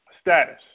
status